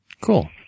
Cool